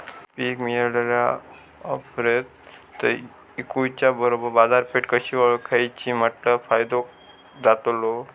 पीक मिळाल्या ऑप्रात ता इकुच्या बरोबर बाजारपेठ कशी ओळखाची म्हटल्या फायदो जातलो?